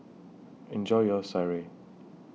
Enjoy your Sireh